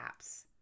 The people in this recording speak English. apps